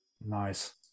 Nice